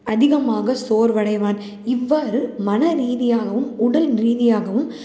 அதிகமாக சோர்வு அடைவான் இவ்வாறு மன ரீதியாகவும் உடல் ரீதியாகவும்